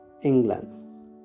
england